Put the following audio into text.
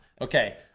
Okay